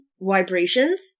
vibrations